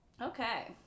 Okay